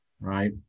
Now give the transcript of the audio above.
right